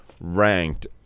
ranked